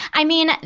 i mean,